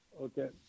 Okay